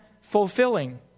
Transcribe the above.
fulfilling